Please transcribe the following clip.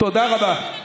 תודה רבה.